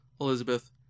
Elizabeth